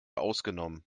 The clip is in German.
ausgenommen